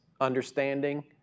understanding